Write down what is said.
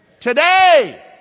Today